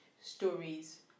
stories